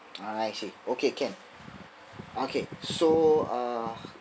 I see okay can okay so uh